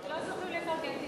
הם לא זוכרים לפרגן,